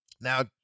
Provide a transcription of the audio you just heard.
Now